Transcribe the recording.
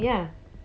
ya